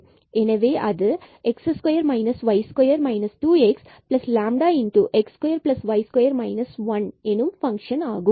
எனவே அது x2 y2 2xλx2y2 1இந்த பங்க்ஷன் ஆகும்